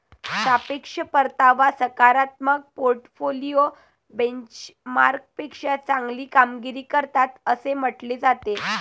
सापेक्ष परतावा सकारात्मक पोर्टफोलिओ बेंचमार्कपेक्षा चांगली कामगिरी करतात असे म्हटले जाते